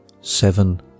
seven